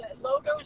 logos